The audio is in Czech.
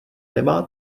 nemá